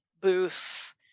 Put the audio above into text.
booth